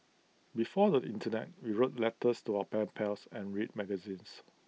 before the Internet we wrote letters to our pen pals and read magazines